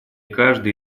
каждой